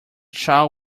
shall